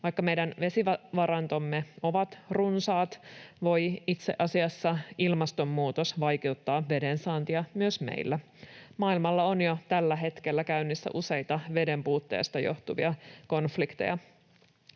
Vaikka meidän vesivarantomme ovat runsaat, voi ilmastonmuutos itse asiassa vaikeuttaa vedensaantia myös meillä. Maailmalla on jo tällä hetkellä käynnissä useita veden puutteesta johtuvia konflikteja.